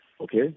Okay